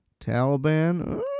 Taliban